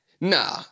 Nah